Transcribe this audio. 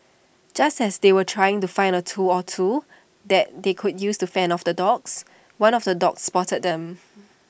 just as they were trying to find A tool or two that they could use to fend off the dogs one of the dogs spotted them